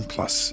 Plus